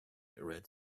read